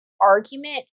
Argument